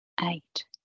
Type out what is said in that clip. Eight